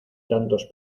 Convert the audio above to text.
tantos